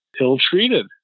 ill-treated